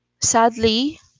sadly